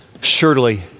surely